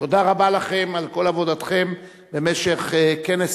תודה רבה לכם על כל עבודתכם במשך כנס